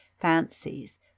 fancies